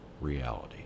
reality